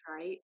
right